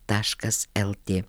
taškas lt